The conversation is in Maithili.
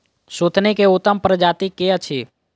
सुथनी केँ उत्तम प्रजाति केँ अछि?